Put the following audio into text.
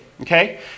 okay